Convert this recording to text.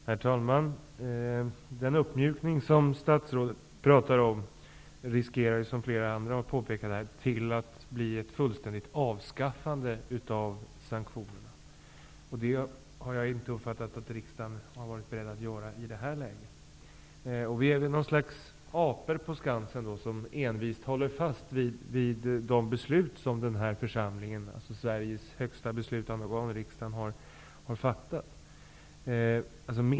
Herr talman! Den uppmjukning som statsrådet talar om riskerar ju, som flera andra påpekat här, att bli ett fullständigt avskaffande av sanktionerna. Det har jag inte uppfattat att riksdagen har varit beredd att göra i det här läget. Vi är väl någon slags apor på Skansen, som envist håller fast vid de beslut som den här församlingen -- Sveriges högsta beslutande organ, riksdagen -- har fattat.